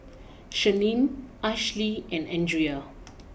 Shannen Ashli and Andrea